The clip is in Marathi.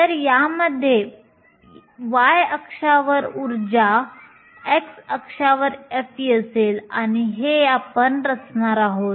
तर यामध्ये y अक्षावर उर्जा x अक्षावर f असेल आणि हेच आपण रचणार आहोत